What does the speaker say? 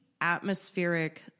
atmospheric